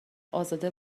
ازاده